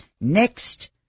next